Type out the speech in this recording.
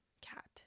cat